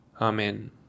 Amen